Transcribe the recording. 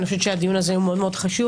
אני חושבת שהדיון הזה הוא מאוד מאוד חשוב.